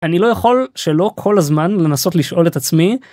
אני לא יכול שלא כל הזמן לנסות לשאול את עצמי.